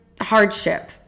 hardship